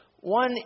one